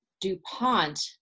DuPont